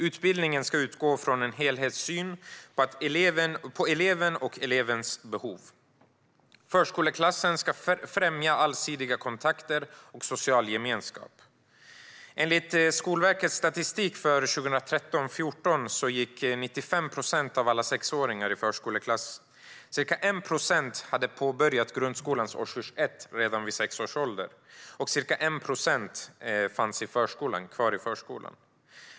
Utbildningen ska utgå från en helhetssyn, från eleven och elevens behov. Förskoleklassen ska främja allsidiga kontakter och social gemenskap. Enligt Skolverkets statistik för 2013-2014 gick 95 procent av alla sexåringar i förskoleklass. Ca 1 procent hade påbörjat grundskolans årskurs 1 redan vid sex års ålder, och ca 1 procent fanns kvar i förskolan.